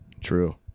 True